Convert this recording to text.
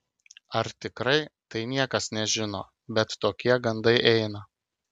ar tikrai tai niekas nežino bet tokie gandai eina